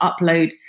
upload